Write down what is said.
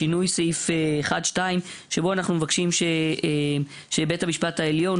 לשינוי סעיף 1(2) שבו אנחנו מבקשים שבית המשפט הגבוה לצדק,